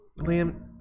Liam